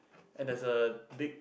and there's a big